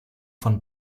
von